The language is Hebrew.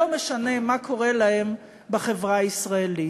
לא משנה מה קורה להם בחברה הישראלית,